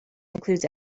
includes